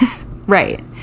Right